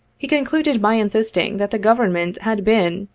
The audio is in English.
he concluded by insisting that the government had been,